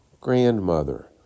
grandmother